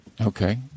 Okay